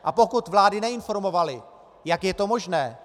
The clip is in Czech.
A pokud vlády neinformovaly, jak je to možné?